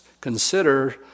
consider